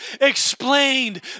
explained